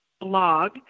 blog